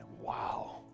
Wow